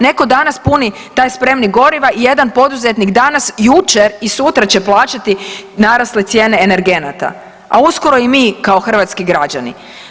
Netko danas puni taj spremnik goriva i jedan poduzetnik danas, jučer i sutra će plaćati narasle cijene energenata, a uskoro i mi kao hrvatski građani.